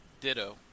Ditto